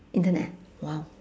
internet !wow!